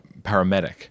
paramedic